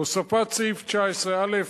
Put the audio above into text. הוספת סעיף 19א,